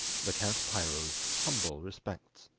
the count piro's humble respects